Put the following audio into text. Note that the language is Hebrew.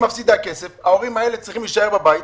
היא מפסידה כסף וההורים צריכים להישאר בבית.